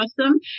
awesome